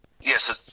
Yes